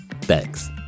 Thanks